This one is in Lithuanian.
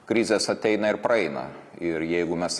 krizės ateina ir praeina ir jeigu mes